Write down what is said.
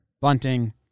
bunting –